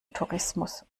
tourismus